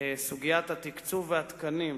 סוגיית התקצוב והתקנים,